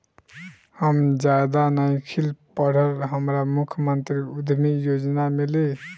हम ज्यादा नइखिल पढ़ल हमरा मुख्यमंत्री उद्यमी योजना मिली?